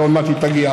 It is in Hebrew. שעוד מעט היא תגיע,